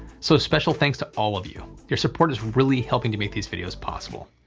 so a special thanks to all of you. your support is really helping to make these videos possible.